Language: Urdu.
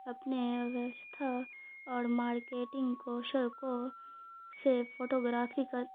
اپنے ووستھا اور مارکیٹنگ کوشل کو سے فوٹوگرافی کر